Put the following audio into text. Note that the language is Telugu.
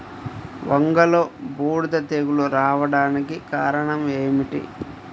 వంగలో బూడిద తెగులు రావడానికి కారణం ఏమిటి?